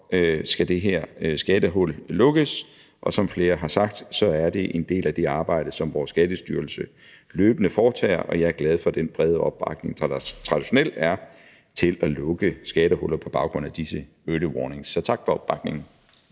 skal det her skattehul lukkes. Og som flere har sagt, er det en del af det arbejde, som Skattestyrelsen løbende foretager, og jeg er glad for den brede opbakning, der traditionelt er, til at lukke skattehuller på baggrund af disse early warnings. Så tak for opbakningen.